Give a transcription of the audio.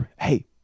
Hey